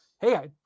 Hey